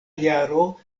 jaro